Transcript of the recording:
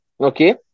okay